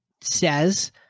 says